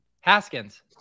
Haskins